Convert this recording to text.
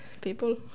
people